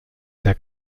der